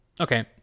Okay